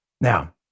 Now